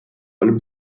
allem